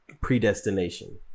predestination